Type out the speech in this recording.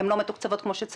הן לא מתוקצבות כמו שצריך.